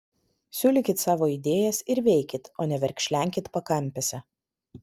siūlykit savo idėjas ir veikit o ne verkšlenkit pakampėse